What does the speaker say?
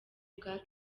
bwana